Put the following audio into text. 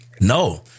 No